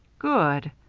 good!